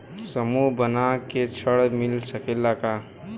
समूह बना के ऋण मिल सकेला का?